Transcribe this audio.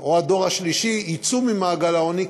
או הדור השלישי יצאו ממעגל העוני,